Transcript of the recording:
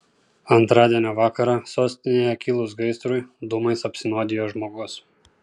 antradienio vakarą sostinėje kilus gaisrui dūmais apsinuodijo žmogus